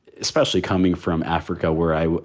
especially coming from africa where i